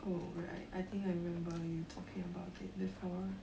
oh right I think I remember you talking about it before